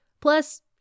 Plus